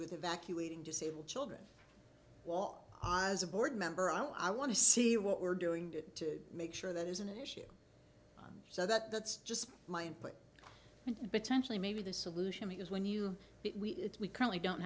with evacuating disabled children walk on as a board member i want to see what we're doing to make sure that is an issue so that that's just my input and potentially maybe the solution because when you we currently don't